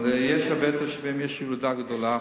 אבל יש הרבה תושבים, יש ילודה גדולה.